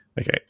Okay